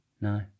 No